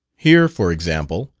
here, for example,